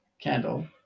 candle